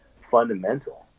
fundamental